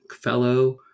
fellow